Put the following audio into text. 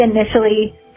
initially